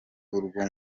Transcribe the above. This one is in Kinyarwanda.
urwo